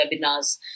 webinars